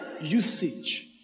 usage